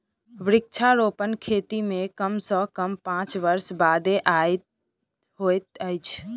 वृक्षारोपण खेती मे कम सॅ कम पांच वर्ष बादे आय होइत अछि